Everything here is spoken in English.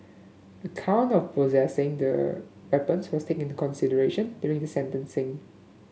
a count of possessing the weapons was taken into consideration during sentencing